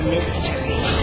Mystery